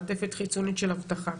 מעטפת חיצונית של אבטחה.